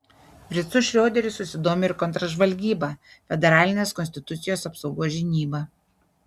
fricu šrioderiu susidomi ir kontržvalgyba federalinės konstitucijos apsaugos žinyba